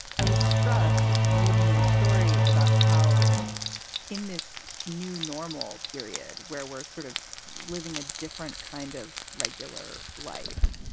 i was struck reading your story about how in this new normal period where we're sort of living a different kind of regular life,